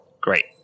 Great